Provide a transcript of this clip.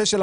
יש עוד